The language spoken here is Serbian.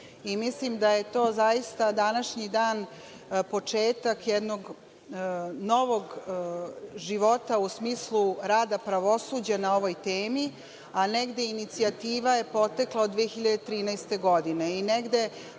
društvu. Mislim da je to zaista današnji dan početak jednog novog života u smislu rada pravosuđa na ovoj temi, a negde inicijativa je potekla od 2013. godine.